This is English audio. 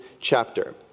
chapter